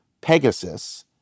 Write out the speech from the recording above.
Pegasus